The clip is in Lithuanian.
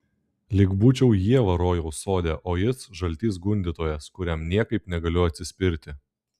lyg būčiau ieva rojaus sode o jis žaltys gundytojas kuriam niekaip negaliu atsispirti